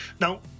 Now